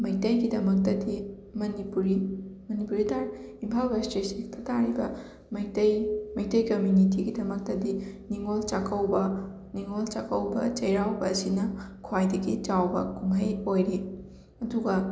ꯃꯩꯇꯩꯒꯤꯗꯃꯛꯇꯗꯤ ꯃꯅꯤꯄꯨꯔꯤ ꯃꯅꯤꯄꯨꯔꯤꯗ ꯇꯥꯔꯛ Imphal west district ꯇꯥꯔꯤꯕ ꯃꯩꯇꯩ ꯃꯩꯇꯩ ꯀꯝꯃ꯭ꯌꯨꯅꯤꯇꯤꯒꯤꯗꯃꯛꯇꯗꯤ ꯅꯤꯉꯣꯜ ꯆꯥꯛꯀꯧꯕ ꯅꯤꯉꯣꯜ ꯆꯥꯛꯀꯧꯕ ꯆꯩꯔꯥꯎꯕ ꯑꯁꯤꯅ ꯈ꯭ꯋꯥꯏꯗꯒꯤ ꯆꯥꯎꯕ ꯀꯨꯝꯍꯩ ꯑꯣꯏꯔꯤ ꯑꯗꯨꯒ